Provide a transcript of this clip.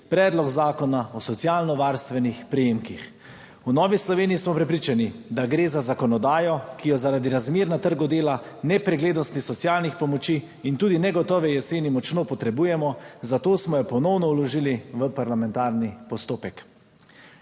predlog zakona o socialno varstvenih prejemkih. V Novi Sloveniji smo prepričani, da gre za zakonodajo, ki jo zaradi razmer na trgu dela, nepreglednosti socialnih pomoči in tudi negotove jeseni močno potrebujemo, zato smo jo ponovno vložili v parlamentarni postopek.